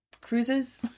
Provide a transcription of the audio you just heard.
cruises